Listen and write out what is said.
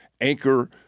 anchor